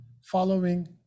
following